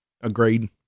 Agreed